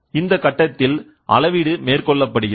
இந்த கட்டத்தில் அளவீடு மேற்கொள்ளப்படுகிறது